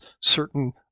certain